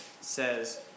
says